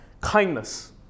kindness